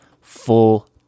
full